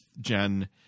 Jen